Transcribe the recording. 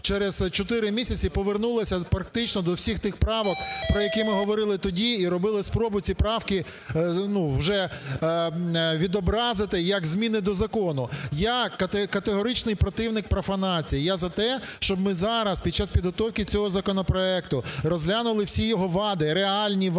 через 4 місяці повернулися практично до всіх тих правок, про які ми говорили тоді і робили спробу ті правки, ну, вже відобразити як зміни до закону. Я категоричний противник профанації. Я за те, щоб ми зараз, під час підготовки цього законопроекту, розглянули всі його вади, реальні вади